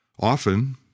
Often